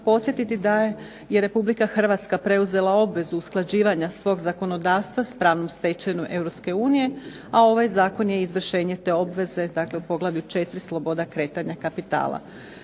podsjetiti da je Republika Hrvatska preuzela obvezu usklađivanja svog zakonodavstva s pravnom stečevinom Europske unije, a ovaj zakon je izvršenje te obveze dakle u poglavlju 4.-Sloboda kretanja kapitala.